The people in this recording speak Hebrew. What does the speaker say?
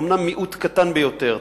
אומנם מיעוט קטן ביותר,